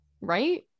right